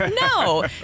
no